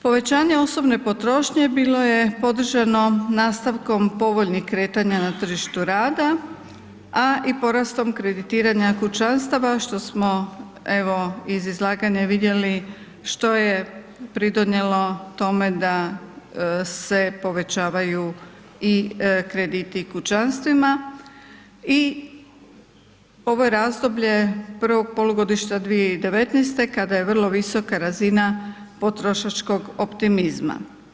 Povećanje osobne potrošnje bilo je podržano nastavkom povoljnih kretanja na tržištu rada, a i porastom kreditiranja kućanstava što smo evo iz izlaganja vidjeli što je pridonijelo tome da se povećavaju i krediti kućanstvima i ovo je razdoblje prvog polugodišta 2019. kad je vrlo visoka razina potrošačkog optimizma.